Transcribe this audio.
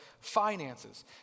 finances